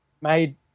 made